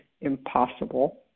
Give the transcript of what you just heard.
impossible